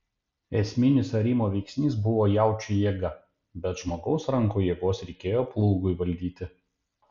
esminis arimo veiksnys buvo jaučių jėga bet žmogaus rankų jėgos reikėjo plūgui valdyti